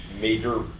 major